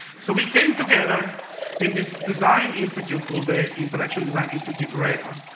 so we came together in this design institute called the interaction design institute ivrea,